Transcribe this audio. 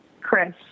Chris